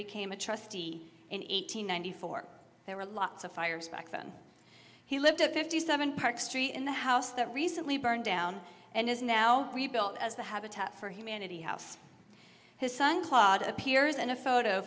became a trustee in eight hundred ninety four there were lots of fires back then he lived at fifty seven park street in the house that recently burned down and is now rebuilt as the habitat for humanity house his son claude appears in a photo